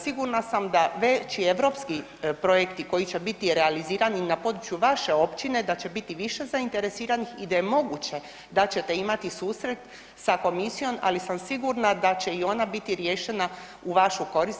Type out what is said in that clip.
Sigurna sam da već i europski projekti koji će biti realizirani na području vaše općine da će biti više zainteresiranih i da je moguće da ćete imati susret sa komisijom, ali sam sigurna da će i ona biti riješena u vašu korist.